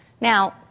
Now